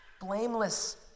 blameless